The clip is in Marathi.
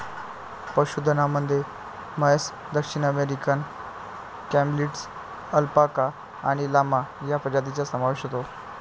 पशुधनामध्ये म्हैस, दक्षिण अमेरिकन कॅमेलिड्स, अल्पाका आणि लामा या प्रजातींचा समावेश होतो